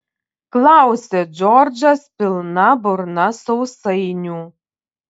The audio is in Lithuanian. klausia džordžas pilna burna sausainių